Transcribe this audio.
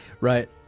Right